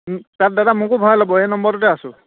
তাত দাদা মোকো ভৰাই ল'ব সেই নম্বৰটোতে আছোঁ